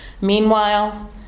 Meanwhile